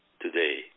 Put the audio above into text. today